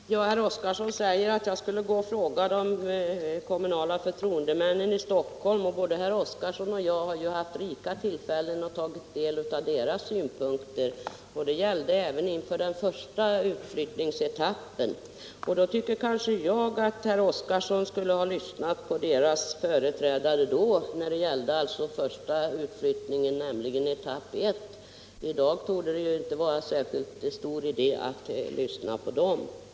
Fru talman! Herr Oskarson säger att jag skall fråga de kommunala förtroendemännen i Stockholm. Både herr Oskarson och jag har haft rika tillfällen att ta del av deras synpunkter. Det gällde även inför den första utflyttningsetappen. Jag tycker kanske att herr Oskarson skulle ha lyssnat på deras företrädare när det gällde den första utflyttningen, nämligen etapp 1. I dag torde det inte vara särskilt stor idé att lyssna på dem.